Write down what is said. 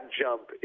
jump